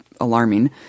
alarming